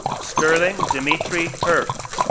sterling dmitri kirk,